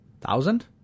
Thousand